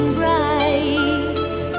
bright